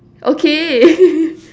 okay